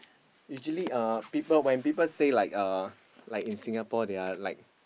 usually uh people when people say like uh like in Singapore they are like